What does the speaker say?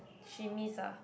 she miss ah